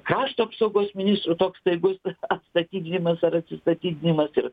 krašto apsaugos ministro toks staigus atstatydinimas ar atsistatydinimas ir